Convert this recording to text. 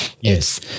Yes